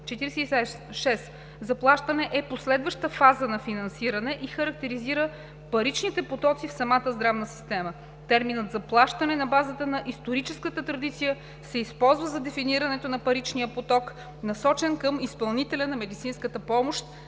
46. „Заплащане“ е последваща фаза на „финансиране“ и характеризира паричните потоци в самата здравна система. Терминът „заплащане“, на базата на историческата традиция, се използва за дефинирането на паричния поток, насочен към изпълнителя на медицинска помощ